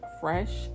fresh